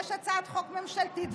ושיש הצעת חוק ממשלתית,